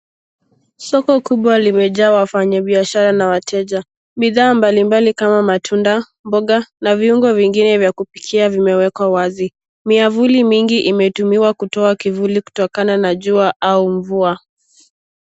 Soko kubwa limejaa wafanyabiashara na wateja. Bidhaa mbalimbali kama matunda, mboga, na viungo vingine vya kupikia vimewekwa wazi. Miavuli mingi imetumiwa kutoa kivuli kutokana na jua au mvua.